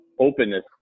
openness